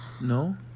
No